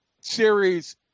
series